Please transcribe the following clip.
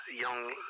young